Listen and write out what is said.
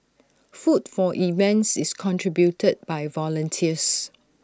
food for events is contributed by volunteers